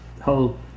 whole